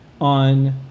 on